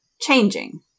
changing